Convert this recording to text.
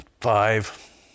five